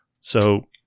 So-